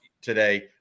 today